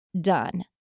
done